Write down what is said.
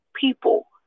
people